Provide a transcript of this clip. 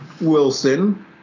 Wilson